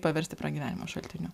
paversti pragyvenimo šaltiniu